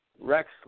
Rex